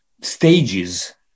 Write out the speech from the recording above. stages